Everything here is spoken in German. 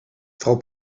frau